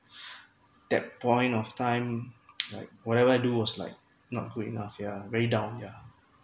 that point of time like whatever I do was like not good enough yeah very down yeah